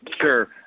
Sure